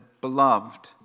beloved